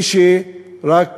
כשרק